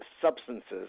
substances